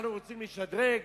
אנחנו רוצים לשדרג,